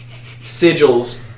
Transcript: sigils